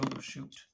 shoot